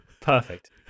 Perfect